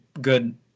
good